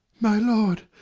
my lord,